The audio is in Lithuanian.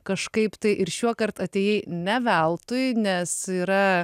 kažkaip tai ir šiuokart atėjai ne veltui nes yra